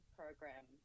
program